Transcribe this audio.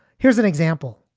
here's an example.